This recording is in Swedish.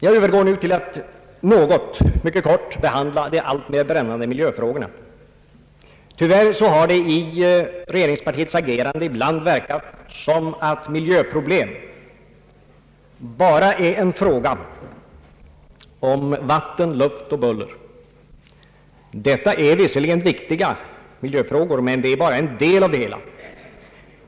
Jag övergår nu till att mycket kort behandla de alltmer brännande miljöfrågorna. Tyvärr har regeringspartiets agerande ibland gett intrycket att miljöproblem bara vore en fråga om vatten, luft och buller. Detta är visserligen viktiga miljöfrågor, men det är bara en del av det hela.